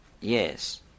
Yes